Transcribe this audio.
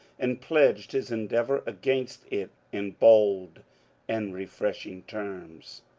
and pledged his endeavour against it in bold and refreshing terms.